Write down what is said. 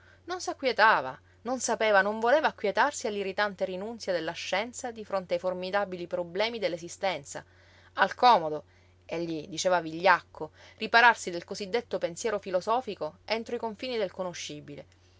non s'acquietava non sapeva non voleva acquietarsi all'irritante rinunzia della scienza di fronte ai formidabili problemi dell'esistenza al comodo egli diceva vigliacco ripararsi del cosí detto pensiero filosofico entro i confini del conoscibile